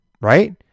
right